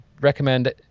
recommend